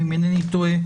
ואם אינני טועה,